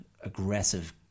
aggressive